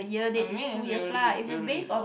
I mean is really really long